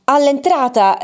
All'entrata